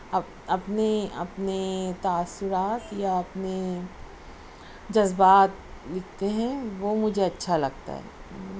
آپ اپنی اپنی تأثرات یا اپنے جذبات لکھتے ہیں وہ مجھے اچھا لگتا ہے